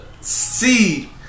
see